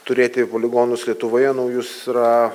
turėti poligonus lietuvoje naujus yra